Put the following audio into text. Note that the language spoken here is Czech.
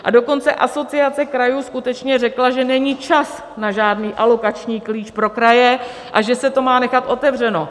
A dokonce Asociace krajů skutečně řekla, že není čas na žádný alokační klíč pro kraje a že se to má nechat otevřeno.